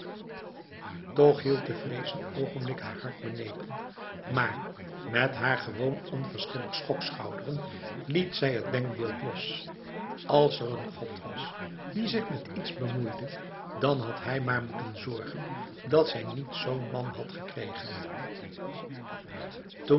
toch hield de vrees een ogenblik haar hart benepen maar met haar gewoon onverschillig schokschouderen liet zij het denkbeeld los als er een god was die zich met iets bemoeide dan had hij maar moeten zorgen dat zij niet zo'n man had gekregen